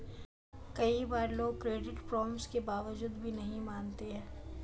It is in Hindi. कई बार लोग क्रेडिट परामर्श के बावजूद भी नहीं मानते हैं